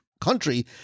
country